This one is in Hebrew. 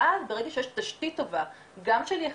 ואז ברגע שיש תשתית טובה, גם של יחסים,